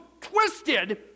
twisted